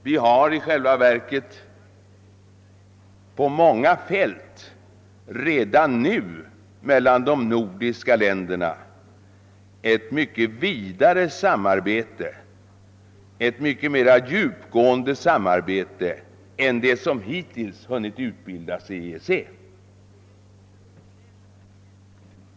Vi har i själva verket redan nu på många fält ett vidare och mer djupgående samarbete mellan de nordiska länderna än det som hittills har hunnit utbilda sig i EEC.